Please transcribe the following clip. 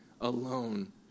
alone